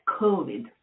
COVID